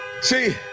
See